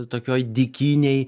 tokioj dykynėj